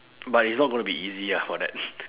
but it's not going to be easy ah for that